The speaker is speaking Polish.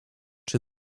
czy